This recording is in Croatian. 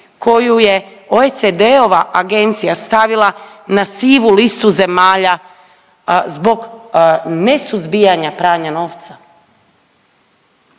koju je OECD-ova agencija stavila na sivu listu zemalja zbog nesuzbijanja pranja novca.